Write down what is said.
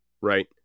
right